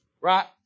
right